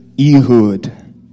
Ehud